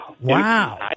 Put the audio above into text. Wow